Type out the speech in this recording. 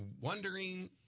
wondering